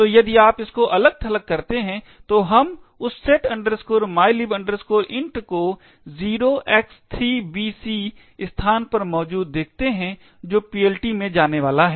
तो यदि आप इसको अलग थलग करते हैं तो हम उस set mylib int को 0x3BC स्थान पर मौजूद देखते हैं जो PLT में जाने वाला है